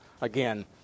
again